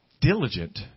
diligent